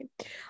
okay